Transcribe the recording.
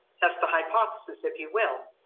test the hypothesis, if you will.